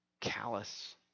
callous